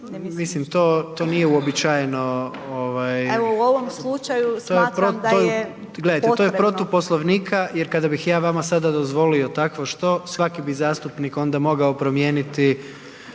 /Upadica Lekaj Prljaskaj: Evo u ovom slučaju smatram da je potrebno./ … gledajte to je protiv Poslovnika jer kada bih ja vama sada dozvolio takvo što, svaki bi zastupnik onda mogao promijeniti